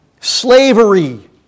slavery